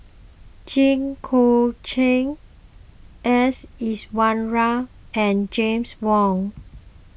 Jit Koon Ch'ng S Iswaran and James Wong